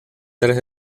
tres